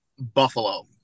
Buffalo